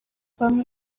bamwe